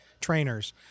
trainers